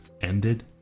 ended